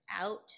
out